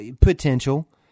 potential